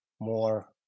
more